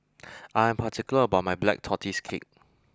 I am particular about my Black Tortoise Cake